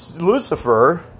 Lucifer